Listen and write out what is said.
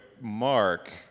Mark